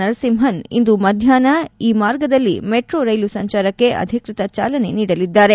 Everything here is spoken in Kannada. ನರಸಿಂಹನ್ ಇಂದು ಮಧ್ಯಾಹ್ನ ಈ ಮಾರ್ಗದಲ್ಲಿ ಮೆಟ್ರೋ ರೈಲು ಸಂಚಾರಕ್ಕೆ ಅಧಿಕ್ಷತ ಚಾಲನೆ ನೀಡಲಿದ್ದಾರೆ